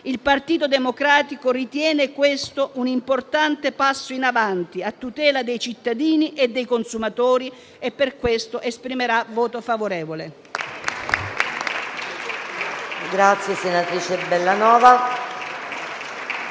il Partito Democratico ritiene questo un importante passo in avanti a tutela dei cittadini e dei consumatori e pertanto esprimerà il suo voto favorevole.